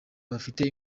bafite